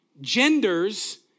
genders